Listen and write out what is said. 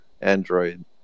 android